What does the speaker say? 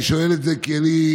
אני שואל את זה כי אני,